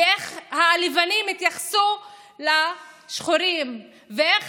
ואיך הלבנים התייחסו לשחורים ואיך